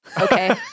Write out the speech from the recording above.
Okay